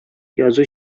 язу